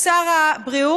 הוא שר הבריאות,